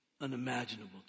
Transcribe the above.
unimaginable